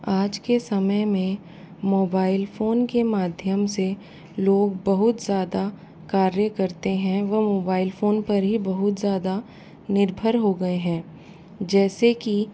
आज के समय में मोबाइल फोन के माध्यम से लोग बहुत ज़्यादा कार्य करते हैं व मोबाइल फोन पर ही बहुत ज़्यादा निर्भर हो गए हैं जैसे कि